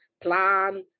Plan